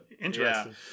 Interesting